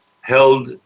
held